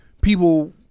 people